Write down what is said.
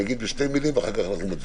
אני אגיד בשתי מילים ואחר כך אנחנו מצביעים.